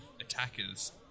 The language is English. attackers